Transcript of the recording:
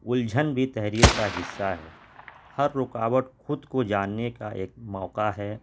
الجھن بھی تحریر کا حصہ ہے ہر رکاوٹ خود کو جاننے کا ایک موقع ہے